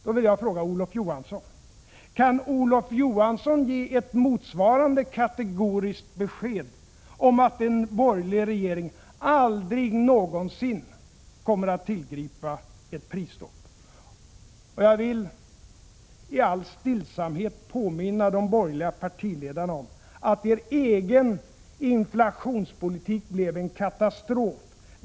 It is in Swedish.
Då vill jag fråga Olof Johansson: Kan Olof Johansson ge ett motsvarande kategoriskt besked om att en borgerlig regering aldrig någonsin kommer att tillgripa ett prisstopp? Jag vill i all stillsamhet påminna de borgerliga partiledarna om att er egen inflationspolitik blev en katastrof.